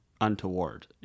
untoward